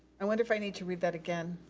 i wonder if i need to read that again.